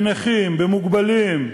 על נכים, מוגבלים,